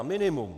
Minimum.